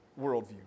worldview